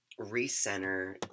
recenter